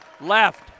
left